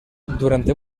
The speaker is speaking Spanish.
durante